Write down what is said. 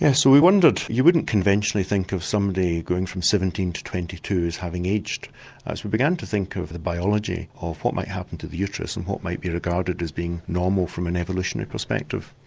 yeah so we wondered, you wouldn't conventionally think of somebody going from seventeen to twenty two as having aged as we began to think of the biology of what might happen to the uterus and what might be regarded as being normal from an evolutionary perspective,